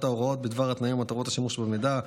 ההוראות בדבר התנאים ומטרות השימוש במידע,